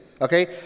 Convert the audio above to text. okay